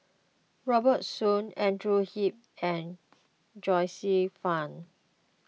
Robert Soon Andrew Yip and Joyce Fan